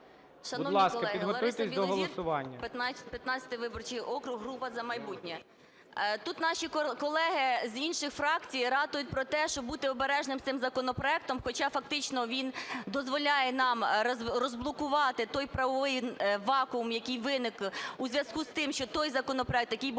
Будь ласка, підготуйтесь до голосування.